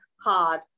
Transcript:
hard